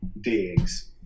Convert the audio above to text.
digs